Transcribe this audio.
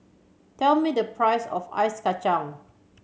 tell me the price of ice kacang